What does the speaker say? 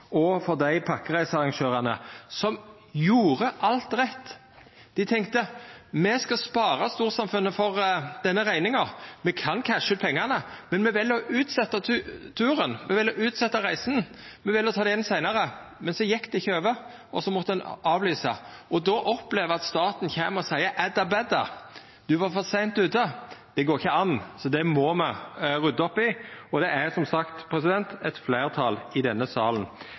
og for dei pakkereisearrangørane som gjorde alt rett. Dei tenkte: Me skal spara storsamfunnet for denne rekninga – me kan «casha» ut pengane, men me vel å utsetja turen, me vel å utsetja reisa, me vel å ta det igjen seinare. Men så gjekk det ikkje over, og så måtte ein avlysa. Då å oppleva at staten kjem og seier ædda bædda, de var for seint ute – det går ikkje an. Det må me rydda opp i. Det er som sagt eit fleirtal i denne salen,